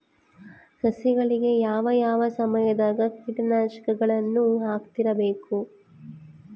ಸಸಿಗಳಿಗೆ ಯಾವ ಯಾವ ಸಮಯದಾಗ ಕೇಟನಾಶಕಗಳನ್ನು ಹಾಕ್ತಿರಬೇಕು?